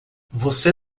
você